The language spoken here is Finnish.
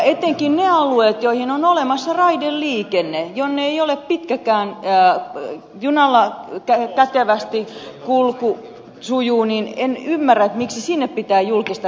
etenkin niille alueille joihin on olemassa raideliikenne jonne ei ole pitkäkään matka junalla kätevästi kulku sujuu en ymmärrä miksi sinne pitää julkista rahoitusta saada